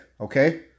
okay